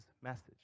message